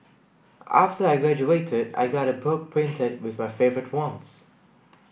after I graduated I got a book printed with my favourite ones